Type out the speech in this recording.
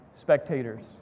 spectators